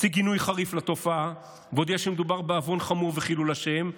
הוציא גינוי חריף לתופעה והודיע שמדובר בעוון חמור וחילול השם,